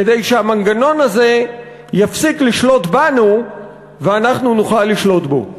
כדי שהמנגנון הזה יפסיק לשלוט בנו ואנחנו נוכל לשלוט בו.